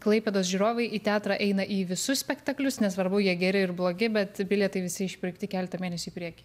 klaipėdos žiūrovai į teatrą eina į visus spektaklius nesvarbu jie geri ir blogi bet bilietai visi išpirkti keletą mėnesių į priekį